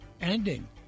Ending